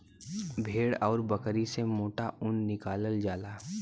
भेड़ आउर बकरी से मोटा ऊन निकालल जाला